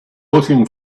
looking